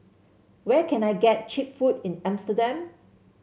where can I get cheap food in Amsterdam